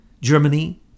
Germany